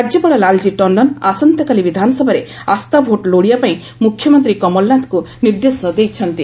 ରାଜ୍ୟପାଳ ଲାଲ୍ଜୀ ଟଣ୍ଡନ୍ ଆସନ୍ତାକାଲି ବିଧାନସଭାରେ ଆସ୍ଥା ଭୋଟ୍ ଲୋଡ଼ିବାପାଇଁ ମୁଖ୍ୟମନ୍ତ୍ରୀ କମଳନାଥଙ୍କ ନିର୍ଦ୍ଦେଶ ଦେଇଛନ୍ତି